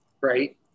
right